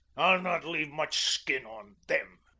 i'll not leave much skin on them.